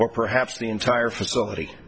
or perhaps the entire facility